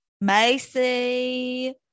Macy